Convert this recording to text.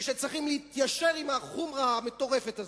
ושצריכים להתיישר עם החומרה המטורפת הזו.